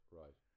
right